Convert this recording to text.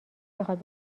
بخواد